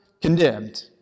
condemned